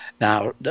Now